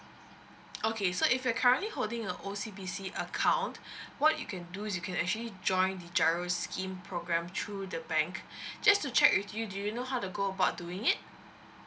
okay so if you're currently holding a O_C_B_C account what you can do is you can actually join the G_I_R_O scheme program through the bank just to check with you do you know how to go about doing it